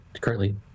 currently